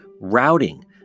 routing